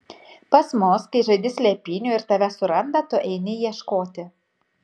pas mus kai žaidi slėpynių ir tave suranda tu eini ieškoti